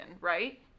right